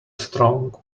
strong